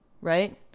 right